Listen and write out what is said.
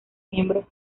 miembros